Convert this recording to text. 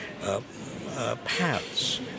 paths